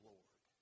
Lord